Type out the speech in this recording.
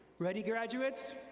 ready graduates?